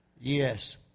yes